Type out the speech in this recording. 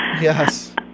yes